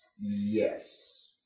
Yes